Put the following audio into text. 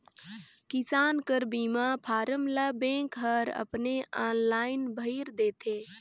किसान कर बीमा फारम ल बेंक हर अपने आनलाईन भइर देथे